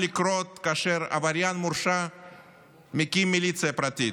לקרות כאשר עבריין מורשע מקים מיליציה פרטית.